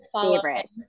favorite